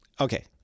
okay